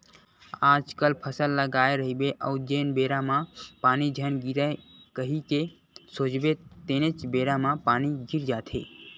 आजकल फसल लगाए रहिबे अउ जेन बेरा म पानी झन गिरय कही के सोचबे तेनेच बेरा म पानी गिर जाथे